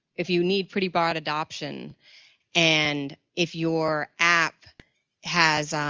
if you need pretty broad adoption and if your app has